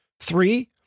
Three